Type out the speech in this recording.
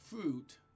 fruit